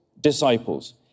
disciples